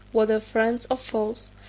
whether friends or foes,